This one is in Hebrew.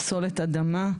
פסולת אדמה.